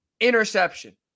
Interception